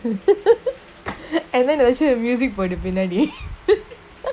and then you actually have music for the penalty